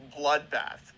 bloodbath